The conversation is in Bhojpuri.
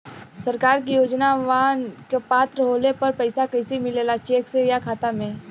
सरकार के योजनावन क पात्र होले पर पैसा कइसे मिले ला चेक से या खाता मे?